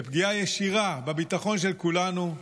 בפגיעה ישירה בביטחון של כולנו,